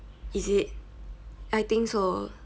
is it I think so